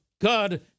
God